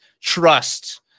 trust